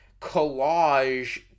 collage